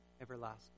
everlasting